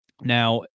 Now